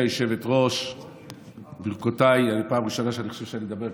או שפעם שנייה.